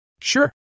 Sure